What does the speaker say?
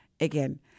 Again